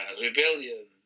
rebellion